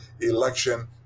election